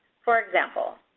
for example,